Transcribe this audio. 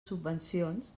subvencions